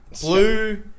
Blue